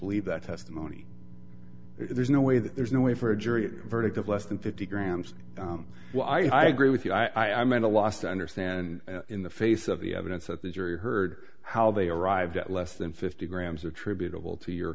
believe that testimony if there's no way that there's no way for a jury verdict of less than fifty grams well i gree with you i meant a loss to understand in the face of the evidence that the jury heard how they arrived at less than fifty grams attributable to your